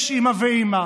יש אימא ואימא